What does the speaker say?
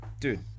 Dude